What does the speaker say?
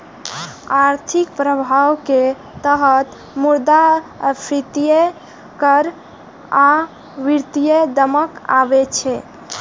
आर्थिक प्रभाव के तहत मुद्रास्फीति कर आ वित्तीय दमन आबै छै